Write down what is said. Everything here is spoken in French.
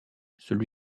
celui